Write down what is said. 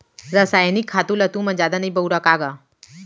रसायनिक खातू ल तुमन जादा नइ बउरा का गा?